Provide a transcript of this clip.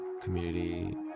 community